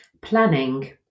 planning